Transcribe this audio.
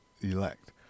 elect